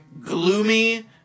Gloomy